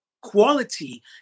quality